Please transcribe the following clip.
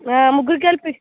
ముగ్గురికి కలిపి